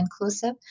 inclusive